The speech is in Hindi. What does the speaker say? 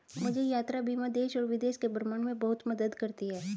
मुझे यात्रा बीमा देश और विदेश के भ्रमण में बहुत मदद करती है